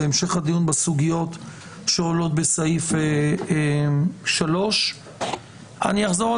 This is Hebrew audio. בהמשך הדיון בסוגיות שעולות בסעיף 3. אני אחזור על